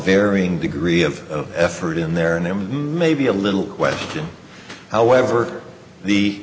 varying degree of effort in there and there may be a little question however the